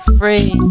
free